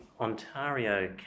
Ontario